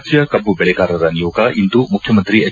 ರಾಜ್ಯ ಕಬ್ಬು ಬೆಳಗಾರರ ನಿಯೋಗ ಇಂದು ಮುಖ್ಖಮಂತ್ರಿ ಎಚ್